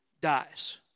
dies